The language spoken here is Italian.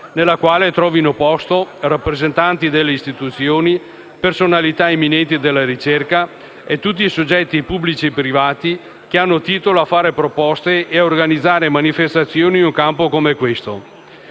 nella quale trovino posto rappresentanti delle istituzioni, personalità eminenti della ricerca e tutti i soggetti pubblici e privati che hanno titolo a fare proposte e a organizzare manifestazioni in un campo come questo.